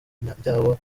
ryawo